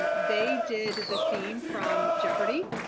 and they did the theme from jeopardy.